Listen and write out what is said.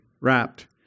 wrapped